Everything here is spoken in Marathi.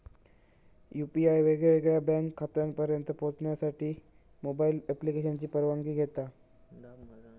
यू.पी.आय वेगवेगळ्या बँक खात्यांपर्यंत पोहचण्यासाठी मोबाईल ॲप्लिकेशनची परवानगी घेता